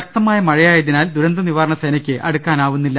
ശക്തമായ മഴയായതിനാൽ ദുരന്തനിവാരണ സേനക്ക് അടുക്കാനുമാവുന്നില്ല